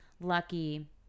Lucky